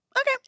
Okay